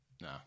No